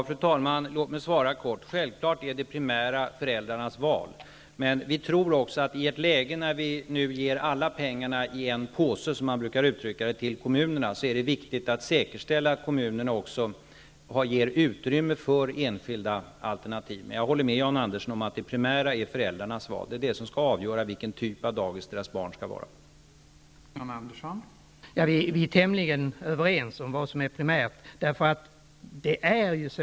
Fru talman! Låt mig svara kort: Självfallet är det primära föräldrarnas val. Men vi tror också att i ett läge där vi ger alla pengarna i en påse, som man brukar uttrycka det, till kommunerna är det viktigt att säkerställa att kommunerna också ger utrymme för enskilda alternativ. Men jag håller med Jan Andersson om att det primära är föräldrarnas val. Det är det som skall avgöra vilken typ av dagis deras barn skall vara på.